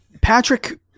Patrick